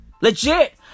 Legit